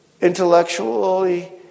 intellectually